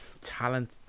talent